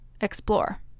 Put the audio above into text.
explore